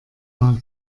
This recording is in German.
mal